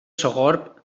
sogorb